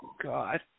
God